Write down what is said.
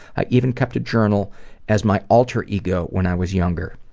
i even kept a journal as my alter ego when i was younger.